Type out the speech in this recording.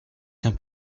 qu’un